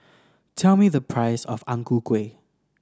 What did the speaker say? tell me the price of Ang Ku Kueh